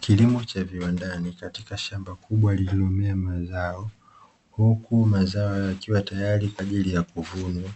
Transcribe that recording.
Kilimo cha viwandani katika shamba kubwa lililomea mazao, huku mazao yakiwa tayari kwa ajili ya kuvunwa